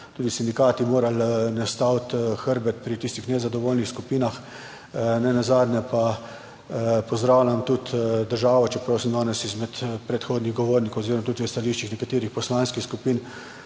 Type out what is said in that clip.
tudi sindikati morali nastaviti hrbet pri tistih nezadovoljnih skupinah. Ne nazadnje pa pozdravljam tudi državo, čeprav sem danes izmed predhodnih govornikov oziroma tudi v stališčih nekaterih poslanskih skupin